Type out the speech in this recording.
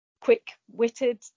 quick-witted